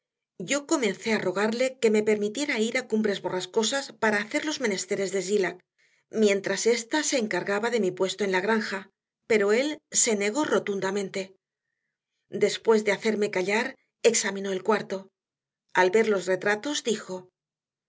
yo comencé a rogarle que me permitiera ir a cumbres borrascosas para hacer los menesteres de zillah mientras ésta se encargaba de mi puesto en la granja pero él se negó rotundamente después de hacerme callar examinó el cuarto al ver los retratos dijo